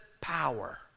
power